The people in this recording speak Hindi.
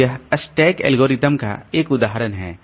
तो यह स्टैक एल्गोरिदम का एक उदाहरण है